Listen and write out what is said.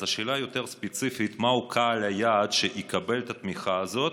אז השאלה היותר-ספציפית: מהו קהל היעד שיקבל את התמיכה הזאת?